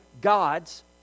God's